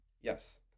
Yes